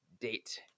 date